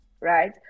right